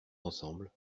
ensemble